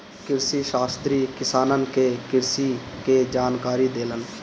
कृषिशास्त्री किसानन के कृषि के जानकारी देलन